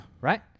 Right